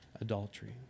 adultery